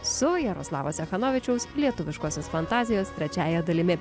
su jaroslavo cechanovičiaus lietuviškosios fantazijos trečiąja dalimi